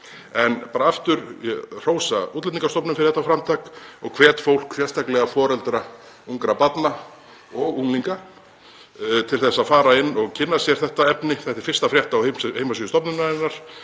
En bara aftur: Ég hrósa Útlendingastofnun fyrir þetta framtak og hvet fólk, sérstaklega foreldra ungra barna og unglinga, til að fara og kynna sér þetta efni. Þetta er fyrsta frétt á heimasíðu stofnunarinnar.